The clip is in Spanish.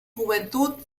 juventud